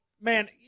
Man